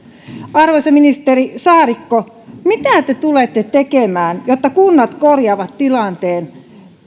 arvoisa ministeri saarikko mitä te tulette tekemään jotta kunnat korjaavat tilanteen